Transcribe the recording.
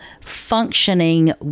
functioning